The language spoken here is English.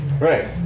Right